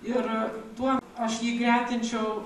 ir tuo aš jį gretinčiau